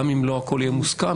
גם אם לא הכול יהיה מוסכם,